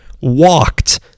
walked